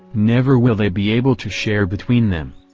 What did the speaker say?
never will they be able to share between them!